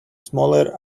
smaller